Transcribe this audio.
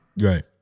right